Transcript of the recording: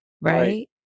Right